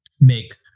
make